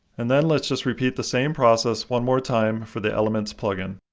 and then let's just repeat the same process one more time for the elements plugin.